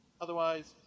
Otherwise